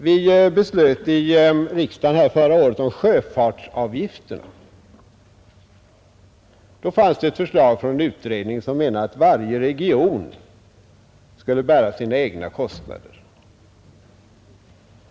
Vi beslöt förra året i riksdagen om sjöfartsavgifterna. Då fanns ett förslag från en utredning att varje region skulle bära sina egna kostnader.